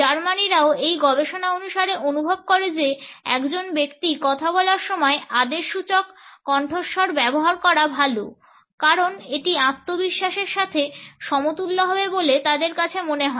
জার্মানিরাও এই গবেষণা অনুসারে অনুভব করে যে একজন ব্যক্তি কথা বলার সময় আদেশসূচক কণ্ঠস্বর ব্যবহার করা ভাল কারণ এটি আত্মবিশ্বাসের সাথে সমতুল্য হবে বলে তাদের কাছে মনে হয়